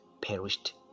perished